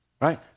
Right